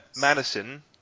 Madison